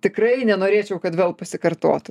tikrai nenorėčiau kad vėl pasikartotų